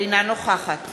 אינה נוכחת